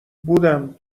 بودم